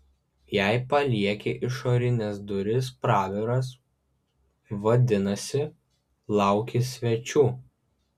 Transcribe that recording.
jei palieki išorines duris praviras vadinasi lauki svečių